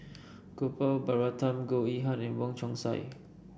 Gopal Baratham Goh Yihan and Wong Chong Sai